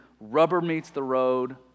rubber-meets-the-road